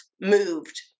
moved